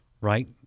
right